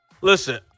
listen